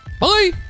Bye